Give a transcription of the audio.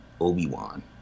Obi-Wan